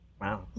Wow